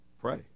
Pray